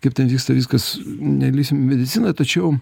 kaip ten viskas nelįsim į mediciną tačiau